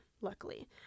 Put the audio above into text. luckily